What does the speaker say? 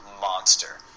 monster